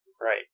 Right